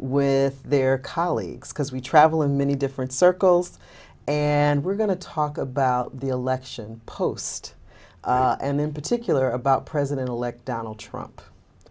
with their colleagues because we travel in many different circles and we're going to talk about the election post and in particular about president elect donald trump